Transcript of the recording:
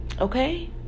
Okay